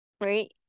right